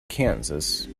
kansas